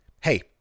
Hey